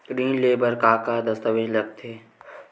ऋण ले बर का का दस्तावेज लगथे?